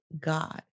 God